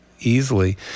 easily